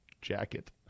jacket